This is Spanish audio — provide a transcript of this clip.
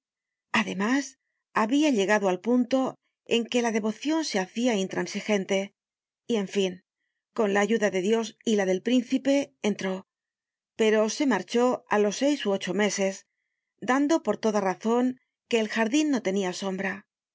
además habia llegado al punto en que la devocion se hace intransigente y en fin con la ayuda de dios y la del príncipe entró pero se marchó á los seis ú ocho meses dando por toda razon que el jardin no tenia sombra